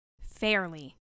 fairly